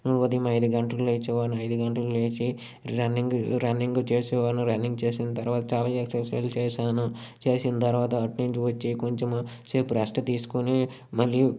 ఉదయం ఐదుగంటలకు లేచేవాన్నిఐదుగంటలకు లేచి రన్నింగ్ రన్నింగ్ చేసే వాళ్ళు రన్నింగ్ చేసిన తర్వాత ఆర్మీ ఎక్సర్సైజ్లు చేశాను చేసిన తర్వాత అటు నుంచి వచ్చి కొంచెము సేపు రెస్ట్ తీసుకొని మళ్ళీ